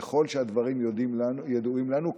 ככל שהדברים ידועים לנו,